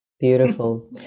Beautiful